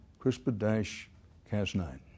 CRISPR-Cas9